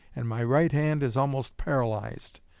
and my right hand is almost paralyzed.